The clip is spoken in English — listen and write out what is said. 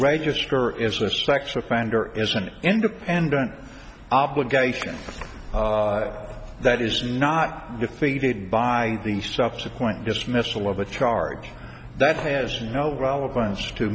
register as a sex offender is an independent obligation that is not defeated by the subsequent dismissal of a charge that has no relevance to